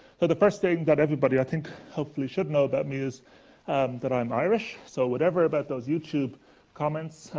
so the first thing that everybody i think hopefully should know about me is that i'm irish. so, whatever about those youtube comments,